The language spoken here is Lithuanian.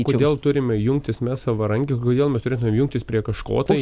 kodėl turime jungtis mes savarank kodėl mes turėtumėm jungtis prie kažko tai